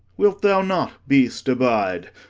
wilt thou not, beast, abide?